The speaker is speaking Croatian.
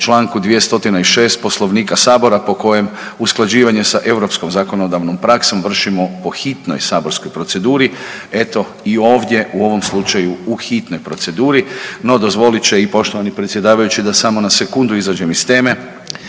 Članku 206. Poslovnika sabora po kojem usklađivanje sa europskom zakonodavnom praksom vršimo po hitnoj saborskoj proceduri, eto i ovdje u ovom slučaju u hitnoj proceduri. No, dozvolit će i poštovani predsjedavajući da samo na sekundu izađem iz teme